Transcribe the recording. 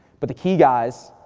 but the key, guys,